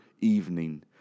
evening